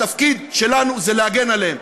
התפקיד שלנו להגן עליהם.